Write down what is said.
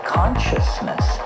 consciousness